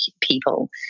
people